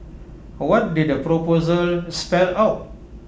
what did the proposal spell out